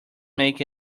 make